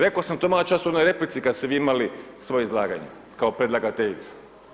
Rekao sam to malo čas u onoj replici kad ste vi imali svoje izlaganje kao predlagateljica.